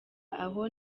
aho